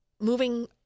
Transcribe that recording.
moving